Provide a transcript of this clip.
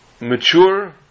Mature